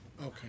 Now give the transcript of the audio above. Okay